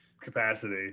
capacity